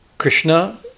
Krishna